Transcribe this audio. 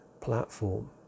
platform